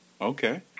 Okay